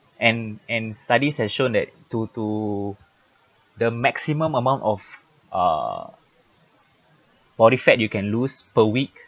and and studies have shown that to to the maximum amount of uh body fat you can lose per week